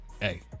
hey